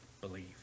Believe